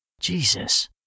Jesus